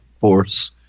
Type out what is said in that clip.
force